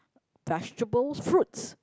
vegetables fruits